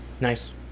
Nice